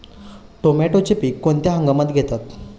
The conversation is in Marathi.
टोमॅटोचे पीक कोणत्या हंगामात घेतात?